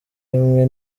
imwe